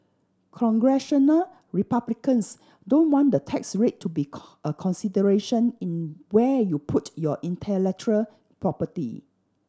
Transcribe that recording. Congressional Republicans don't want the tax rate to be a consideration in where you put your intellectual property